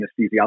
anesthesiologist